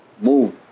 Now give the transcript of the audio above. move